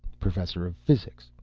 professor of physics,